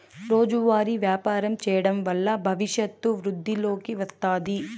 రోజువారీ వ్యాపారం చేయడం వల్ల భవిష్యత్తు వృద్ధిలోకి వస్తాది